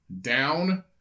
down